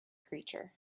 creature